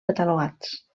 catalogats